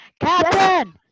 Captain